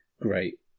Great